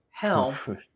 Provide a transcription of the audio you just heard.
Hell